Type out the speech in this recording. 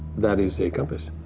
that is a compass.